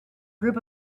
group